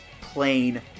plain